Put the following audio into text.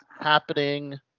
happening